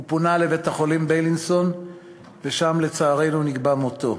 הוא פונה לבית-החולים בילינסון ושם לצערנו נקבע מותו.